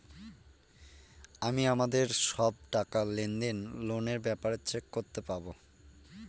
আমি আমাদের সব টাকা, লেনদেন, লোনের ব্যাপারে চেক করতে পাবো